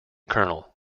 colonel